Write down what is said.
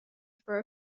for